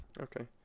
Okay